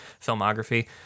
filmography